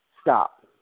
Stop